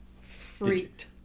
freaked